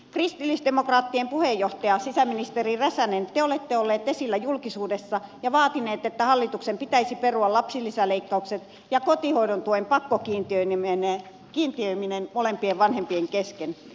kristillisdemokraattien puheenjohtaja sisäministeri räsänen te olette olleet esillä julkisuudessa ja vaatineet että hallituksen pitäisi perua lapsilisäleikkaukset ja kotihoidon tuen pakkokiin tiöiminen molempien vanhempien kesken